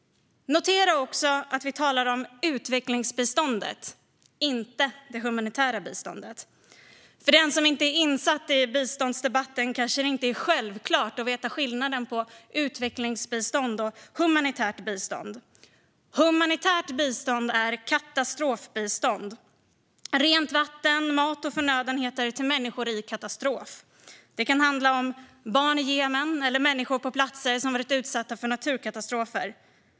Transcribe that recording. Notera också att vi talar om utvecklingsbiståndet, inte det humanitära biståndet. För den som inte är insatt i biståndsdebatten kanske det inte är självklart att känna till skillnaden mellan utvecklingsbistånd och humanitärt bistånd. Humanitärt bistånd är katastrofbistånd såsom rent vatten, mat och förnödenheter till människor i katastrof. Det kan handla om barn i Jemen eller människor på platser som har varit utsatta för naturkatastrofer.